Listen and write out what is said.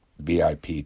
VIP